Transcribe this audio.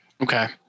Okay